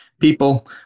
people